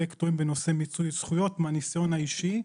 קטועים בנושא מיצוי זכויות מהניסיון האישי.